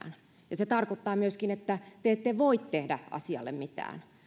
ja se tarkoittaa myöskin että te ette voi tehdä asialle mitään